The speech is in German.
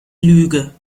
lüge